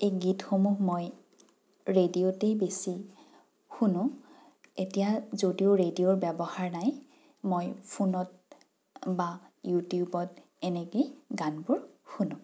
এই গীতসমূহ মই ৰেডিঅ'তেই বেছি শুনোঁ এতিয়া যদিও ৰেডিঅ'ৰ ব্যৱহাৰ নাই মই ফোনত বা ইউটিউবত এনেকেই গানবোৰ শুনোঁ